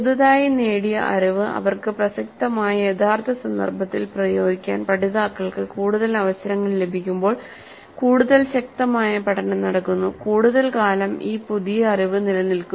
പുതുതായി നേടിയ അറിവ് അവർക്ക് പ്രസക്തമായ യഥാർത്ഥ സന്ദർഭത്തിൽ പ്രയോഗിക്കാൻ പഠിതാക്കൾക്ക് കൂടുതൽ അവസരങ്ങൾ ലഭിക്കുമ്പോൾ കൂടുതൽ ശക്തമായ പഠനം നടക്കുന്നു കൂടുതൽ കാലം ഈ പുതിയ അറിവ് നിലനിൽക്കുന്നു